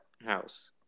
house